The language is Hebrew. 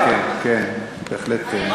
כן כן, בהחלט כן.